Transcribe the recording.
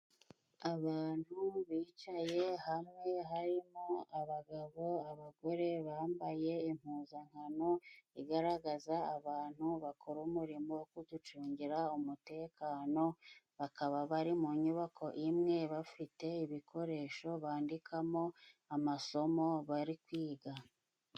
Abantu bicaye hamwe harimo abagabo, abagore bambaye impuzankano igaragaza abantu bakora umurimo wo kuducungira umutekano, bakaba bari mu nyubako imwe bafite ibikoresho bandikamo amasomo bari kwiga.